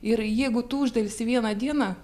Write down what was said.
ir jeigu tu uždelsi vieną dieną